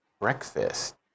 breakfast